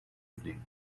evening